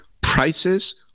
Prices